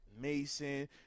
Mason